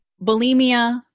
Bulimia